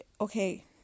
okay